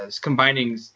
combining